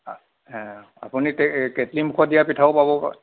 আপুনি কে কেটলি মুখত দিয়া পিঠাও পাব